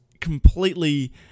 completely